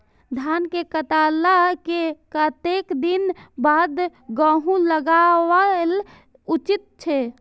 धान के काटला के कतेक दिन बाद गैहूं लागाओल उचित छे?